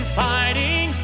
fighting